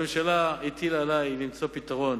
הממשלה הטילה עלי למצוא פתרון,